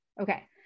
okay